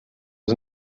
was